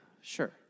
sure